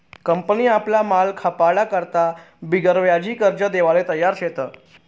company आपला माल खपाडा करता बिगरव्याजी कर्ज देवाले तयार शेतस